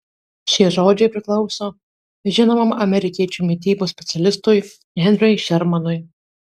šie žodžiai priklauso žinomam amerikiečių mitybos specialistui henriui šermanui